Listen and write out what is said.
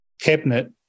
Cabinet